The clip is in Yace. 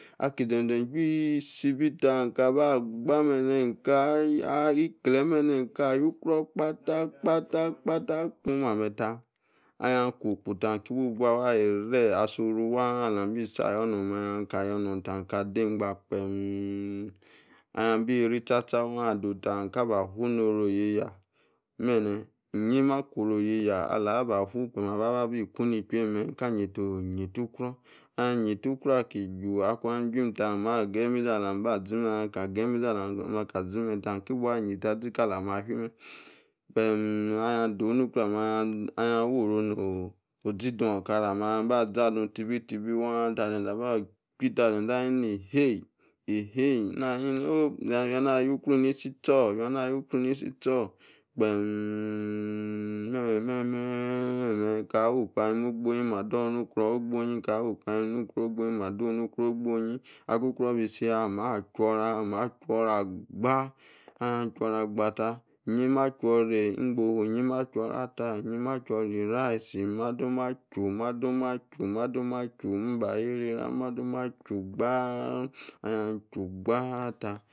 Ak- zen- zen chwii isi bitch, inkaba- gbah. menneh inka- ya- ah, Iweh memeh. inka yah- ukruor kpata kpata- kpata. kon, muameh tah. ahia kwo-okpotah, inki bu- bua wah- alabi sah- yor nor meh. inka yor nor tah, kah die- eigba, kpeem. ahia bi ri- tcha- tcha. wah ado'h tah nkaba fu noro yei- yah, menneh. inyi mah kworo- oyeiyah, alaba fu kpem aba- ba bi ku ni chueim, inka nyeito nyeitu- kruor ahia nyeitu- ukraor aki- ju. akuan chwuim tah. mah geyi meizi alamba- zi meh. ahia- kah geyi meizi alamba- zimeh alam ka zi mehtah inka bua nyeita zi- kala mah ah- fii meh. kpeem anhia do'h nu- kruor ah- meh. ahia woro no. ozidu okara meh, ahia bah- zadu, tibi- tibi waahn tah. zen- zen abi- chwui- tah. zen-zen ani eihei. nani ooop e- wianah yu- kruor inisi tchor!! ewian- ah yuknor i nisi tchor, kpeeeeeemm!!! Meh- meh- meh. meh. mch. kaiwo- okpo ahim ogbon- onyi mah- drnu- kruor ogbon- onyii kah- wokpo ahin ogbonyi mah dosh nukror ogbonyi. aku- kruor bisi- yah, mah chwuorah mah- chwuorah- agbah ahia- chwuorah- agba- tah. inyi- mah chwuoreh ingbofu, nyi- mah chu- ucratah. nyi mah-chwuora iriyisi. mah dom chwu- mah- doma chwu, mah- doma chwu- Imba yeirei- rah mah- doma chwu gbaa. ahia chwu- gba- aah taaḥ